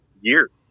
years